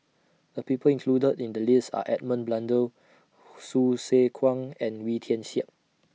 The People included in The list Are Edmund Blundell Hsu Tse Kwang and Wee Tian Siak